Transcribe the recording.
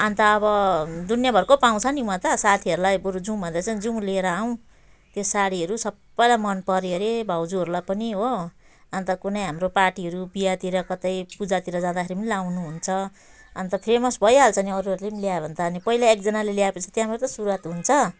अन्त अब दुनियाँ भरको पाउँछ नि वहाँ त साथीहरूलाई बरु जाऊँ भन्दैछन् जाऊँ लिएर आऊ त्यो साडीहरू सबलाई मन पऱ्यो हरे भाउजूहरूलाई पनि हो अन्त कुनै हाम्रो पार्टीहरू बिहातिर कतै पूजातिर जाँदाखेरि लगाउनु हुन्छ अन्त फेमस भइहाल्छ पनि अरूहरूले ल्यायो भने त अनि पहिला एकजनाले ल्याए पछि त्यहाँको त सुरुवात हुन्छ